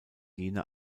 jene